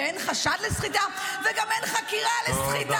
ואין חשד לסחיטה וגם אין חקירה על סחיטה.